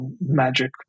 magic